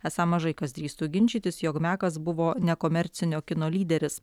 esą mažai kas drįstų ginčytis jog mekas buvo nekomercinio kino lyderis